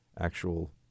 actual –